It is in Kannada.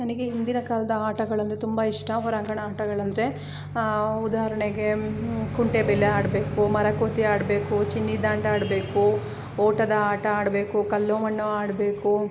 ನನಗೆ ಹಿಂದಿನ ಕಾಲದ ಆಟಗಳಂದರೆ ತುಂಬ ಇಷ್ಟ ಹೊರಾಂಗಣ ಆಟಗಳಂದರೆ ಉದಾಹರಣೆಗೆ ಕುಂಟೆಬಿಲ್ಲೆ ಆಡಬೇಕು ಮರಕೋತಿ ಆಡಬೇಕು ಚಿನ್ನಿದಾಂಡು ಆಡಬೇಕು ಓಟದ ಆಟ ಆಡಬೇಕು ಕಲ್ಲು ಮಣ್ಣು ಆಡಬೇಕು